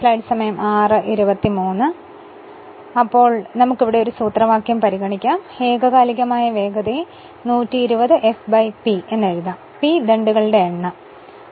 എന്നാൽ ഈ ഒരു സാഹചര്യത്തിൽ നമുക് ഒരു സൂത്രവാക്യം പരിഗണിക്കാം അതായത് ഏകകാലികമായ വേഗതയെ 120 f P എന്ന് എഴുതാം P ദണ്ഡുകളുടെ എണ്ണം ആണ് സൂചിപ്പിക്കുന്നത്